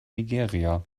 nigeria